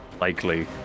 likely